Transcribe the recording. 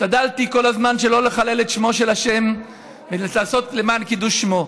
השתדלתי כל הזמן שלא לחלל את שמו של השם ולעשות למען קידוש שמו.